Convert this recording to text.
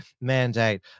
mandate